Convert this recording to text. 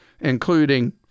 including